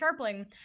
Sharpling